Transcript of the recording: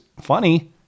funny